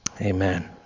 amen